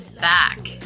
back